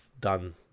done